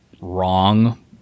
wrong